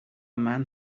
man